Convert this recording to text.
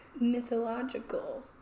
mythological